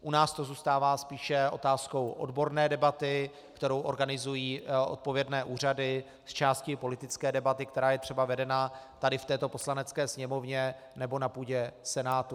U nás to zůstává spíše otázkou odborné debaty, kterou organizují odpovědné úřady, zčásti i politické debaty, která je vedena v Poslanecké sněmovně nebo na půdě Senátu.